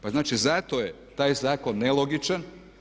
Pa znači zato je taj zakon nelogičan.